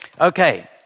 Okay